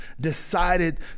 decided